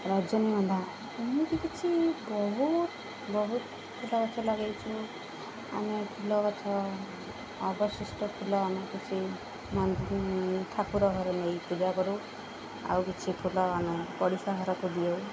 ରଜନୀଗନ୍ଧା ଏମିତି କିଛି ବହୁତ ବହୁତ ଫୁଲ ଗଛ ଲଗେଇଛୁ ଆମେ ଫୁଲ ଗଛ ଅବଶିଷ୍ଟ ଫୁଲ ଆମେ କିଛି ଠାକୁର ଘରେ ନେଇ ପୂଜା କରୁ ଆଉ କିଛି ଫୁଲ ଆମେ ପଡ଼ିଶା ଘରକୁ ଦେଉ